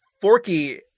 Forky